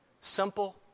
Simple